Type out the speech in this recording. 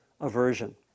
aversion